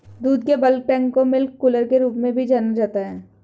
दूध के bulk tank को मिल्क कूलर के रूप में भी जाना जाता है